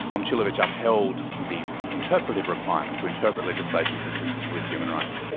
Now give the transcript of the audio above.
momcilovic upheld the interpretative requirement, to interpret legislation consistently with human rights.